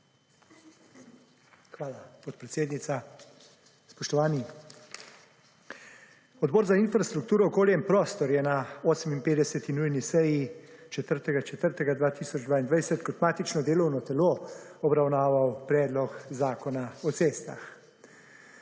Hvala, podpredsednica. Spoštovani! Odbor za infrastrukturo, okolje in prostor je na 58. nujni seji, 4. aprila 2022, kot matično delovno telo obravnaval predlog Zakona o cestah.